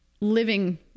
living